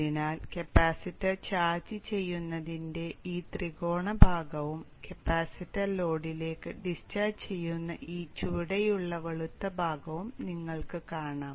അതിനാൽ capacitor charge ചെയ്യുന്നതിന്റെ ഈ ത്രികോണ ഭാഗവും കപ്പാസിറ്റർ ലോഡിലേക്ക് ഡിസ്ചാർജ് ചെയ്യുന്ന ഈ ചുവടെയുള്ള വെളുത്ത ഭാഗവും നിങ്ങൾക്ക് കാണാം